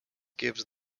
gives